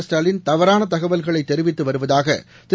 Stalin தவறானதகவல்களைதெரிவித்துவருவதாகதிரு